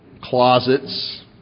closets